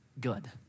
good